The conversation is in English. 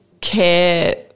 care